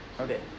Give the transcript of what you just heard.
Okay